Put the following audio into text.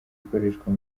ikoreshwa